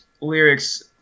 lyrics